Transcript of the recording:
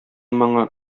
моңы